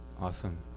Awesome